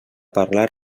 parlar